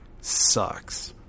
sucks